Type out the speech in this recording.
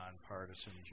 nonpartisan